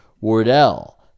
Wardell